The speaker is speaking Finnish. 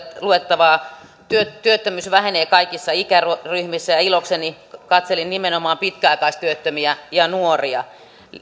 luettavaa työttömyys vähenee kaikissa ikäryhmissä ja ja ilokseni katselin nimenomaan pitkäaikaistyöttömiä ja nuoria